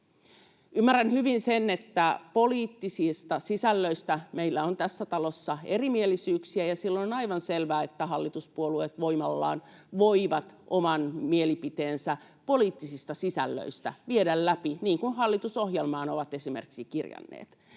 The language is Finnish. Ymmärrän hyvin sen, että poliittisista sisällöistä meillä on tässä talossa erimielisyyksiä, ja silloin on aivan selvää, että hallituspuolueet voimallaan voivat oman mielipiteensä poliittisista sisällöistä viedä läpi, niin kuin esimerkiksi hallitusohjelmaan ovat kirjanneet.